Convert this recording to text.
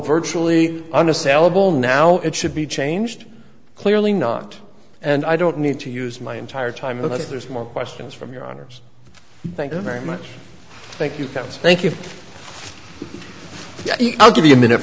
virtually unassailable now it should be changed clearly not and i don't need to use my entire time oh there's more questions from your honour's thank you very much thank you thank you i'll give you a minute